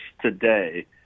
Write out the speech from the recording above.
today